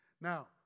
now